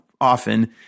often